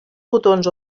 botons